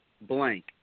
blank